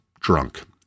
drunk